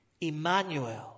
Emmanuel